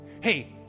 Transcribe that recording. Hey